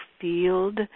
field